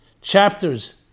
Chapters